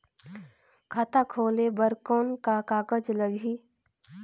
खाता खोले बर कौन का कागज लगही?